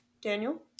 Daniel